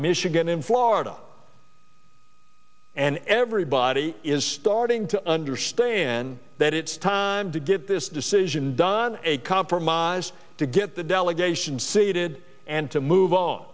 michigan in florida and everybody is starting to understand that it's time to get this decision done a compromise to get the delegation seated and to move on